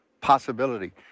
possibility